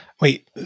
Wait